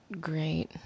great